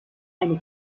eine